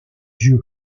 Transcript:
dieu